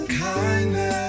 kindness